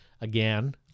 again